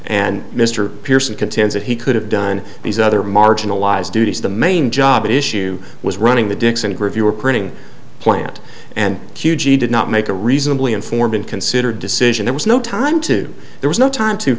and mr pearson contends that he could have done these other marginalized duties the main job is shoe was running the dixon review or printing plant and q g did not make a reasonably informed and considered decision there was no time to there was no time to